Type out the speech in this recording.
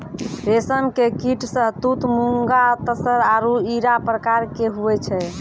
रेशम के कीट शहतूत मूंगा तसर आरु इरा प्रकार के हुवै छै